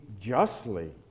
justly